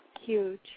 Huge